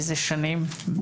מזה שנים,